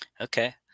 Okay